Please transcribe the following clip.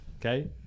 Okay